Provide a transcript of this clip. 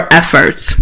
efforts